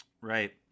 Right